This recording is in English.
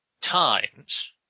times